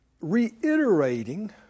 reiterating